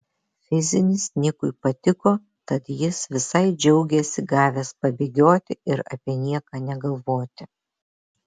fizinis nikui patiko tad jis visai džiaugėsi gavęs pabėgioti ir apie nieką negalvoti